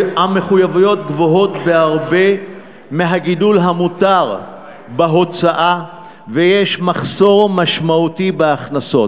המחויבויות גבוהות בהרבה מהגידול המותר בהוצאה ויש מחסור בהכנסות.